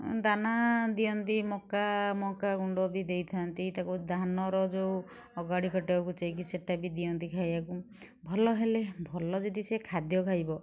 ଦାନା ଦିଅନ୍ତି ମକା ମକା ଗୁଣ୍ଡ ବି ଦେଇଥାନ୍ତି ତାକୁ ଧାନର ଯେଉଁ ଅଗାଡ଼ି ସେଇଟା ବି ଦିଅନ୍ତି ଖାଇବାକୁ ଭଲ ହେଲେ ଭଲ ଯଦି ସେ ଖାଦ୍ୟ ଖାଇବ